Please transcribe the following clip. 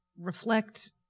reflect